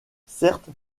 certes